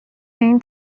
این